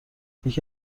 یکی